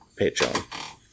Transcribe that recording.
patreon